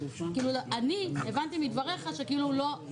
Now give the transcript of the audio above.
אני הבנתי מדבריך שכאילו לא,